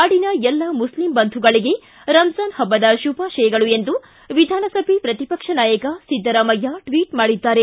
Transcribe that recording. ನಾಡಿನ ಎಲ್ಲ ಮುಸ್ಲಿಮ್ ಬಂಧುಗಳಿಗೆ ರಮಜಾನ್ ಹಬ್ಬದ ಶುಭಾಶಯಗಳು ಎಂದು ವಿಧಾನಸಭೆ ಪ್ರತಿಪಕ್ಷ ನಾಯಕ ಸಿದ್ದರಾಮಯ್ಯ ಟ್ವಿಟ್ ಮಾಡಿದ್ದಾರೆ